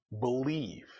believe